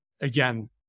Again